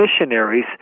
missionaries